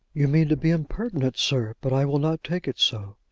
you mean to be impertinent, sir but i will not take it so.